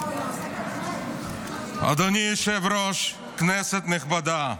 אדוני היושב-ראש, כנסת נכבדה,